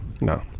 No